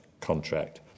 contract